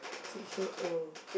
six year old